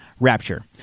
Rapture